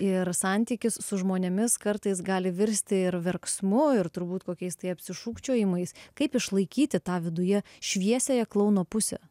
ir santykis su žmonėmis kartais gali virsti ir verksmu ir turbūt kokiais tai apsišūkčiojimais kaip išlaikyti tą viduje šviesiąją klouno pusę